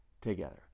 together